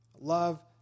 Love